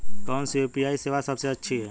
कौन सी यू.पी.आई सेवा सबसे अच्छी है?